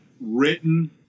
written